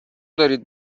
دارین